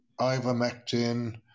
ivermectin